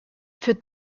für